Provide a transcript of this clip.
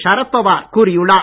ஷரத் பவார் கூறியுள்ளார்